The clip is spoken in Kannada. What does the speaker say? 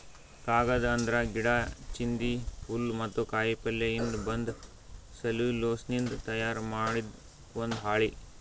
ಕಾಗದ್ ಅಂದ್ರ ಗಿಡಾ, ಚಿಂದಿ, ಹುಲ್ಲ್ ಮತ್ತ್ ಕಾಯಿಪಲ್ಯಯಿಂದ್ ಬಂದ್ ಸೆಲ್ಯುಲೋಸ್ನಿಂದ್ ತಯಾರ್ ಮಾಡಿದ್ ಒಂದ್ ಹಾಳಿ